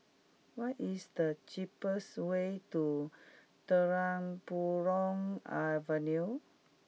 what is the cheapest way to Terang Bulan Avenue